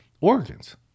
organs